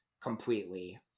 completely